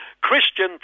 Christian